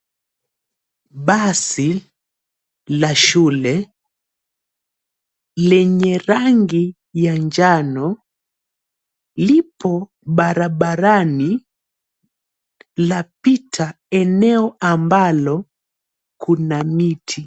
Basi la shule lenye rangi ya njano lipo barabarani lapita eneo ambalo kuna miti.